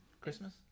Christmas